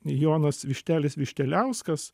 jonas vištelis višteliauskas